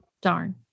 Darn